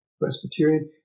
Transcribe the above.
Presbyterian